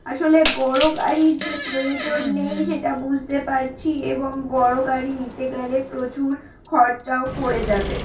আসলে বড় গাড়ির যে প্রয়োজন নেই সেটা বুঝতে পারছি এবং বড় গাড়ি নিতে গেলে প্রচুর খরচাও পড়ে যাবে